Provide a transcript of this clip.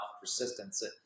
persistence